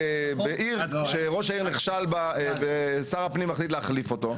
בעיר שראש העיר נכשל בה ושר הפנים מחליט להחליף אותו,